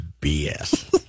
BS